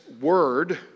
word